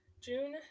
June